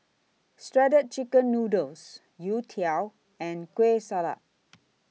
Shredded Chicken Noodles Youtiao and Kueh Salat